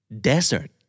Desert